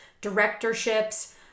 directorships